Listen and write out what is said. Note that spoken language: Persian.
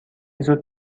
زود